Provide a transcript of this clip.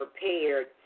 prepared